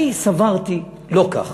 אני סברתי לא כך.